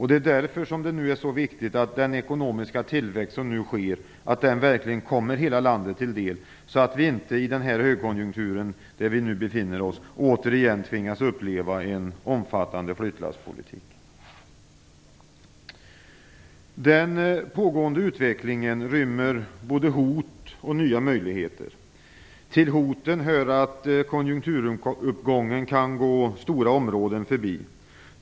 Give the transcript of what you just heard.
Det är därför som det nu är så viktigt att den ekonomiska tillväxt som nu sker verkligen kommer hela landet till del, så att vi inte i den högkonjunktur som vi nu befinner oss i återigen tvingas uppleva en omfattande flyttlasspolitik. Den pågående utvecklingen rymmer både hot och nya möjligheter. Till hoten hör att konjunkturuppgången kan gå stora områden förbi.